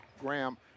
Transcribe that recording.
Graham